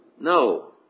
No